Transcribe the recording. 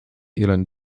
elon